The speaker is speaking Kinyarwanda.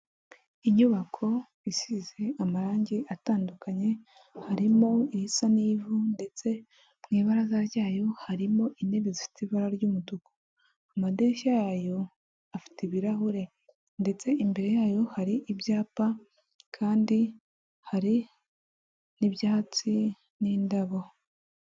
Inyubako isize amarangi atandukanye harimo irisa n'ivu, ndetse mu ibaraza ryayo harimo intebe zifite ibara ry'umutuku, amadirishya yayo afite ibirahure ndetse imbere yayo hari ibyapa kandi hari n'ibyatsi n'indabo.